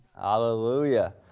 Hallelujah